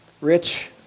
rich